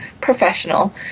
professional